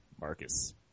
Marcus